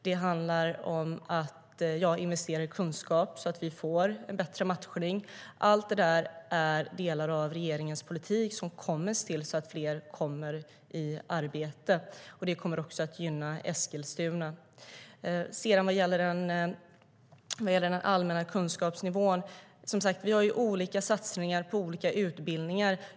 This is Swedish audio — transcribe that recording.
Det handlar om att investera i kunskap så att vi får en bättre matchning. Vad sedan gäller den allmänna kunskapsnivån har vi som sagt olika satsningar på olika utbildningar.